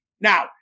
Now